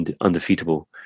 undefeatable